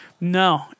No